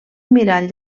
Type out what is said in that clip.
mirall